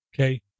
okay